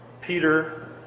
Peter